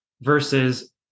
versus